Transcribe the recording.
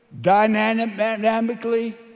dynamically